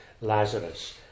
Lazarus